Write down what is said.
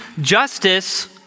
justice